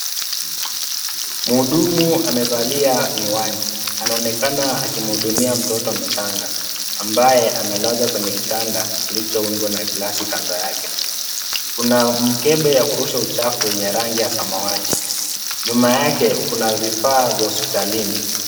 Mhudumu amevalia miwani. Anaonekana akimhudumia mtoto mchanga ambaye amelazwa kwenye kitanda kilichoundwa na glasi kando yake. Kuna mkebe ya kurusha uchafu yenye rangi ya samawati. Nyuma yake vifaa vya hospitalini.